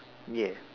ya